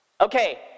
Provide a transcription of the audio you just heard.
okay